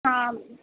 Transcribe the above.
हां